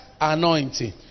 anointing